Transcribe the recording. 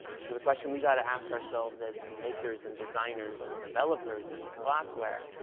so the question we've got to ask ourselves as the makers and designers and developers of this glassware